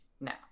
now